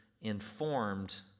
informed